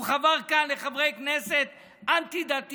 הוא חבר כאן לחברי כנסת אנטי-דתיים.